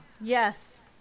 Yes